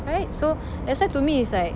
right so that's why to me is like